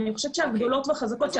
אני חושבת שהגדולות והחזקות,